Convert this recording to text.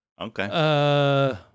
Okay